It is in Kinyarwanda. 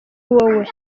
wowe